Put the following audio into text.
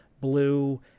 Blue